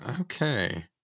Okay